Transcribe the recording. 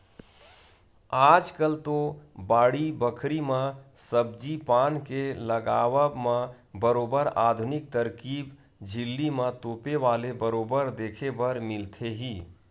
आजकल तो बाड़ी बखरी म सब्जी पान के लगावब म बरोबर आधुनिक तरकीब झिल्ली म तोपे वाले बरोबर देखे बर मिलथे ही